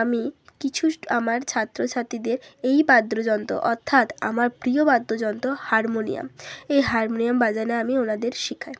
আমি কিছু আমার ছাত্রছাত্রীদের এই বাদ্যযন্ত্র অর্থাৎ আমার প্রিয় বাদ্যযন্ত্র হারমোনিয়াম এই হারমোনিয়াম বাজনা আমি ওনাদের শেখাই